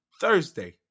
Thursday